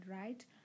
right